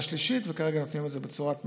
השלישית וכרגע נותנים את זה בצורת מענק,